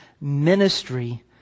ministry